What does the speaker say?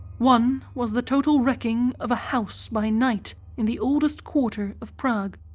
one was the total wrecking of a house by night in the oldest quarter of prague,